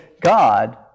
God